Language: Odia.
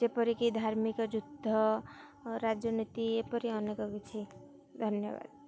ଯେପରିକି ଧାର୍ମିକ ଯୁଦ୍ଧ ରାଜନୀତି ଏପରି ଅନେକ କିଛି ଧନ୍ୟବାଦ